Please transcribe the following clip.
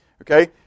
Okay